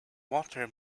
water